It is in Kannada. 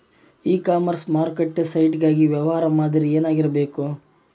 ಇ ಕಾಮರ್ಸ್ ಮಾರುಕಟ್ಟೆ ಸೈಟ್ ಗಾಗಿ ವ್ಯವಹಾರ ಮಾದರಿ ಏನಾಗಿರಬೇಕು?